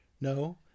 No